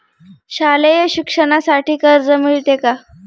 शालेय शिक्षणासाठी कर्ज मिळते का?